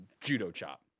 judo-chop